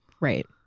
Right